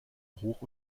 hoch